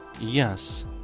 Yes